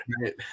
Right